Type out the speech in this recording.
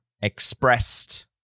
expressed